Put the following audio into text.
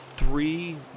Three